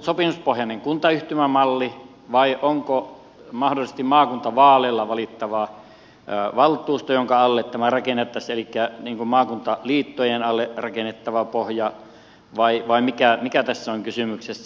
sopimuspohjainen kuntayhtymämalli vai onko mahdollisesti maakuntavaaleilla valittava valtuusto jonka alle tämä rakennettaisiin elikkä niin kuin maakuntaliittojen alle rakennettava pohja vai mikä tässä on kysymyksessä